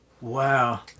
Wow